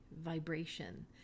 vibration